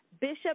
bishop